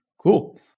Cool